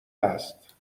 هست